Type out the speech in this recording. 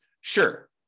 Sure